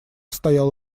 стоял